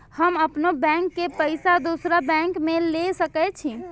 हम अपनों बैंक के पैसा दुसरा बैंक में ले सके छी?